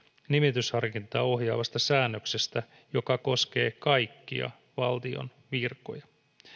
nimitysharkintaa ohjaavasta säännöksestä joka koskee kaikkia valtion virkoja